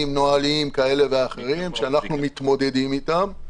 נוהליים כאלה ואחרים שאנחנו מתמודדים אתם.